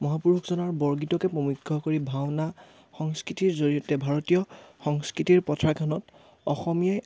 মহাপুৰুষ জনাৰ বৰগীতকে প্ৰমুখ্য় কৰি ভাওনা সংস্কৃতিৰ জৰিয়তে ভাৰতীয় সংস্কৃতিৰ পথাৰখনত অসমীয়াই